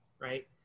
right